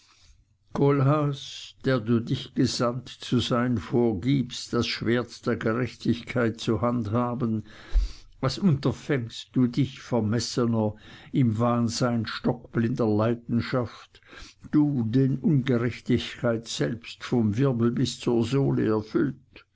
kohlhaas der du dich gesandt zu sein vorgibst das schwert der gerechtigkeit zu handhaben was unterfängst du dich vermessener im wahnsinn stockblinder leidenschaft du den ungerechtigkeit selbst vom wirbel bis zur sohle